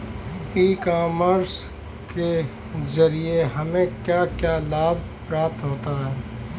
ई commerce के ज़रिए हमें क्या क्या लाभ प्राप्त होता है?